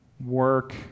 work